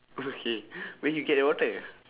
okay where you get your water is